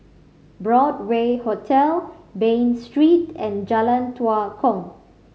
Broadway Hotel Bain Street and Jalan Tua Kong